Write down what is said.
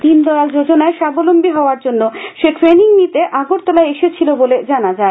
দিনদয়াল যোজনায় স্বাবলম্বী হওয়ার জন্য সে ট্রেনিং নিতে আগরতলা এসেছিল বলে জানা যায়